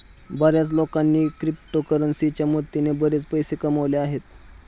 बर्याच लोकांनी क्रिप्टोकरन्सीच्या मदतीने बरेच पैसे कमावले आहेत